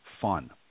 fun